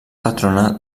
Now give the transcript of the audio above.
patrona